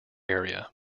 area